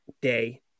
Day